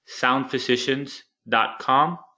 soundphysicians.com